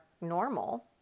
normal